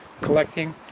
collecting